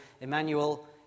Emmanuel